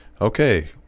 okay